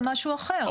זה משהו אחר.